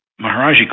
Maharaji